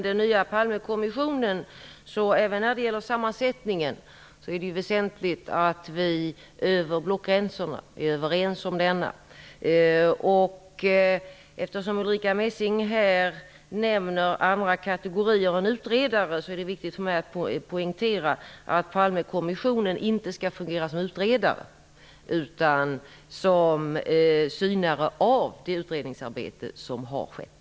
Det är väsentligt att vi är överens över blockgränserna om sammansättningen av den nya Eftersom Ulrica Messing nämner andra kategorier av utredare är det viktigt för mig att poängtera att Palmekommissionen inte skall fungera som utredare utan som synare av det utredningsarbete som har skett.